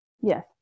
Yes